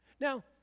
Now